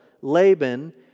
Laban